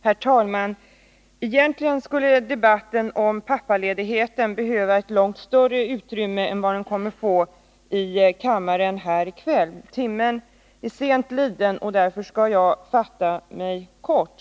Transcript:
Herr talman! Egentligen skulle debatten om pappaledigheten behöva ett långt större utrymme än vad den kommer att få i kammaren här i kväll. Timmen är sen, och därför skall jag fatta mig kort.